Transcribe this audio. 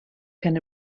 can